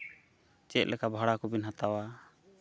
ᱪᱮᱫ ᱞᱮᱠᱟ ᱵᱷᱟᱲᱟ ᱠᱚᱵᱤᱱ ᱦᱟᱛᱟᱣᱟ